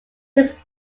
his